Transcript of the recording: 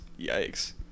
Yikes